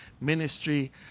ministry